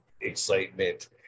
excitement